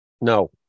No